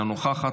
אינה נוכחת,